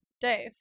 Dave